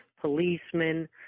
policemen